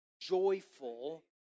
joyful